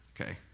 okay